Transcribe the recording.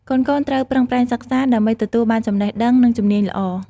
កូនៗត្រូវ ប្រឹងប្រែងសិក្សា ដើម្បីទទួលបានចំណេះដឹង និងជំនាញល្អ។